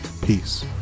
Peace